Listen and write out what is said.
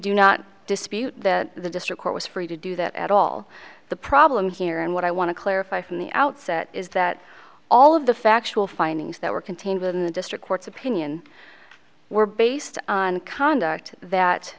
do not dispute that the district court was free to do that at all the problem here and what i want to clarify from the outset is that all of the factual findings that were contained within the district court's opinion were based on conduct that